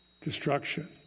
destruction